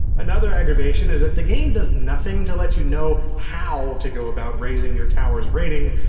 another aggravation is that the game does nothing to let you know how to go about raising your tower's rating,